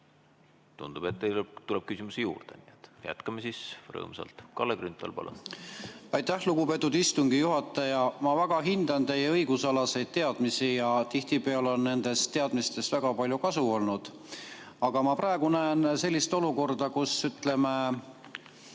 Tundub, et teil tuleb küsimusi juurde. Jätkame siis rõõmsalt. Kalle Grünthal, palun! Aitäh, lugupeetud istungi juhataja! Ma väga hindan teie õigusalaseid teadmisi ja tihtipeale on nendest teadmistest väga palju kasu olnud. Aga ma praegu näen sellist olukorda, kus te